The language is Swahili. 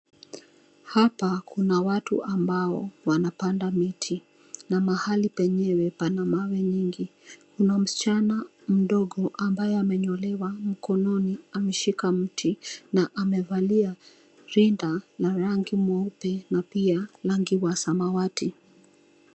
Hapa kuna watu ambao wanapanda miti na mahali penyewe pana mawe nyingi. Kuna msichana mdogo ambaye amenyolewa mkononi ameshika miti na amevalia rinda na rangi mweupe na pia rangi wa samawati.